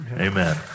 Amen